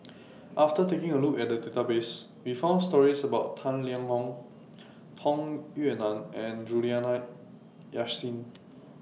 after taking A Look At The Database We found stories about Tang Liang Hong Tung Yue Nang and Juliana Yasin